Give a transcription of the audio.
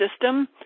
system